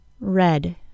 red